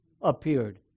appeared